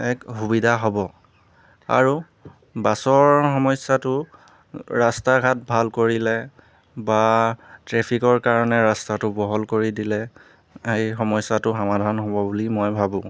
এক সুবিধা হ'ব আৰু বাছৰ সমস্যাটো ৰাস্তা ঘাট ভাল কৰিলে বা ট্ৰেফিকৰ কাৰণে ৰাস্তাটো বহল কৰি দিলে এই সমস্যাটো সমাধান হ'ব বুলি মই ভাবোঁ